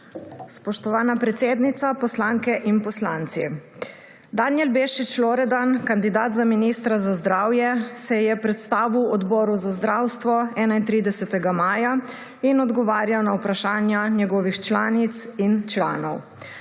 Spoštovana predsednica, poslanke in poslanci. Danijel Bešič Loredan, kandidat za ministra za zdravje, se je predstavil Odboru za zdravstvo 31. maja 2022 in odgovarjal na vprašanja njegovih članic in članov.